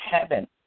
heaven